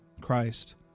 Christ